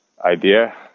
idea